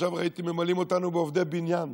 עכשיו שראיתי ממלאים אותנו בעובדי בניין,